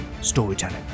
storytelling